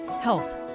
health